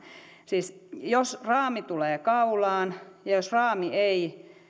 siis jos raami tulee kaulaan ja jos raami ei